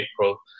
April